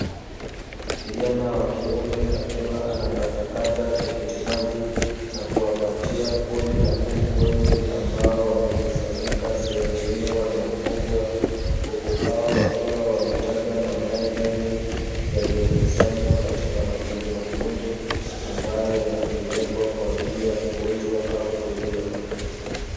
Kijana wa kiume akiwa anakatakata tikiti maji na kuwapatia kundi la kuku wengi ambao wamekusanyika sehemu hiyo wanaofugwa kuku hao wakiwa wametaga mayai mengi yaliyokusanywa katika makundi makundi ambayo yanapelekwa kwa ajili ya kuuzwa au kuliwa